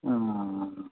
ಹಾಂ ಹಾಂ ಹಾಂ